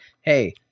hey